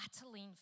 battling